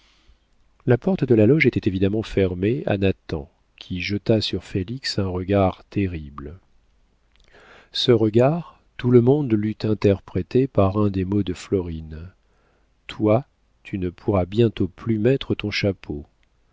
la porte de la loge était évidemment fermée à nathan qui jeta sur félix un regard terrible ce regard tout le monde l'eût interprété par un des mots de florine toi tu ne pourras bientôt plus mettre ton chapeau